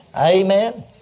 Amen